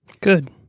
Good